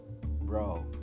bro